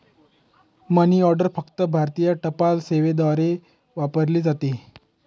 मनी order फक्त भारतीय टपाल सेवेद्वारे वापरली जाते